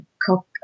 cook